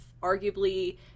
Arguably